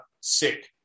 sick